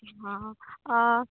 ହଁ ଆ